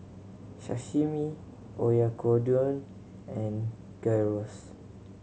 Sashimi Oyakodon and Gyros